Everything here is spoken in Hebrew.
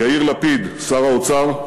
יאיר לפיד, שר האוצר,